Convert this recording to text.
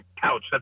couch